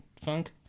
funk